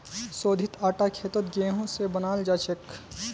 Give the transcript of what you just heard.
शोधित आटा खेतत गेहूं स बनाल जाछेक